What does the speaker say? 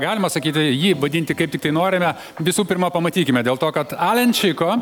galima sakyti jį vadinti kaip tiktai norime visų pirma pamatykime dėl to kad alen čiko